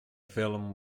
film